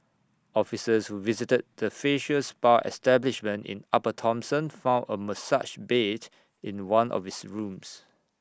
officers who visited the facial spa establishment in upper Thomson found A massage bed in one of its rooms